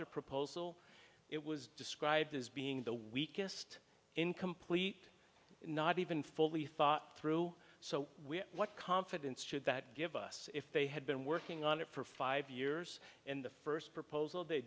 their proposal it was described as being the weakest incomplete not even fully thought through so what confidence should that give us if they had been working on it for five years and the first proposal they